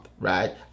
right